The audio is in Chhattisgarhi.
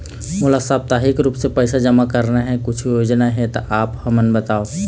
मोला साप्ताहिक रूप से पैसा जमा करना हे, कुछू योजना हे त आप हमन बताव?